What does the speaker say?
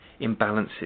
imbalances